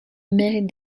mérite